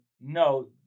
no